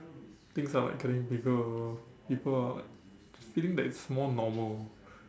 things are like getting bigger people are like feeling that it's more normal